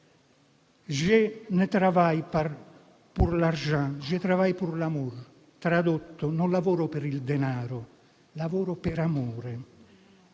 *Je ne travaille pas pour l'argent, je travaille pour l'amour* (tradotto: non lavoro per il denaro, lavoro per amore).